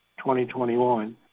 2021